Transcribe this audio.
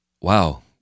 Wow